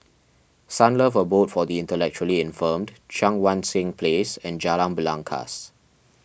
Sunlove Abode for the Intellectually Infirmed Cheang Wan Seng Place and Jalan Belangkas